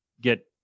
get